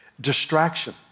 distraction